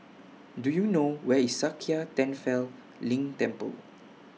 Do YOU know Where IS Sakya Tenphel Ling Temple